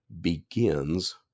begins